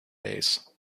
base